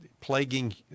plaguing